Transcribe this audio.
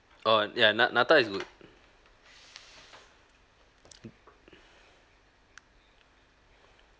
oh ya na~ nata is good